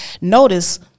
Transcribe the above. notice